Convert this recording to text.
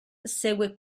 segue